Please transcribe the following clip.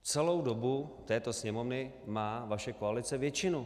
Celou dobu této Sněmovny má vaše koalice většinu.